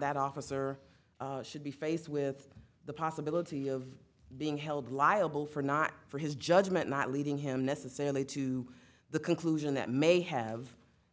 that officer should be faced with the possibility of being held liable for not for his judgment not leading him necessarily to the conclusion that may have